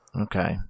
Okay